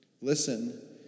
Listen